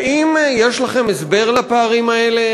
האם יש לכם הסבר לפערים האלה?